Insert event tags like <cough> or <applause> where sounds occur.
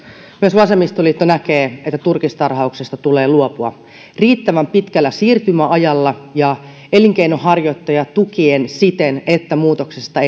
myös vasemmistoliitto näkee että turkistarhauksesta tulee luopua riittävän pitkällä siirtymäajalla ja elinkeinonharjoittajaa tukien siten että muutoksesta <unintelligible>